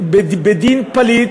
בדין פליט,